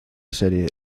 serie